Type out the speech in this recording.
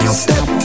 step